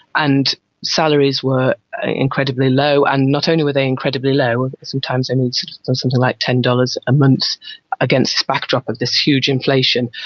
and salaries were incredibly low. and not only were they incredibly low, sometimes only and something like ten dollars a month against this backdrop of this huge inflation,